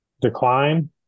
decline